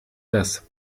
das